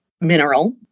mineral